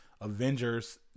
Avengers